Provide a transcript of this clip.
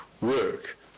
work